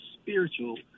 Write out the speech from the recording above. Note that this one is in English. spiritual